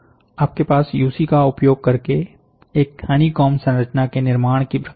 आपके पास यूसी का उपयोग करके एक हनीकॉन्ब संरचना के लिए निर्माण की प्रक्रिया है